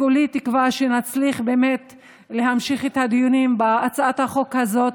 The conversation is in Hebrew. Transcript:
כולי תקווה שנצליח באמת להמשיך את הדיונים בהצעת החוק הזאת